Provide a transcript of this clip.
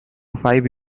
five